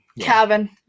Cabin